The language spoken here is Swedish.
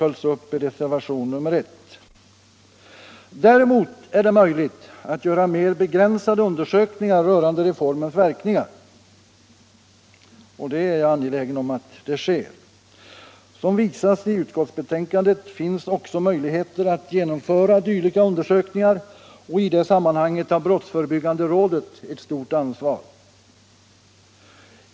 följs upp i reservation nril1. Däremot är det möjligt att göra mera begränsade undersökningar rörande reformens verkningar, och jag är angelägen om att så sker. Som visas i utskottsbetänkandet finns också möjligheter att genomföra dylika undersökningar, och i det sammanhanget har brottsförebyggande rådet ett stort ansvar.